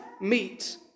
meet